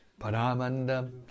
Paramanda